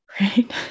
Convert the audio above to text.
right